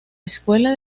escuela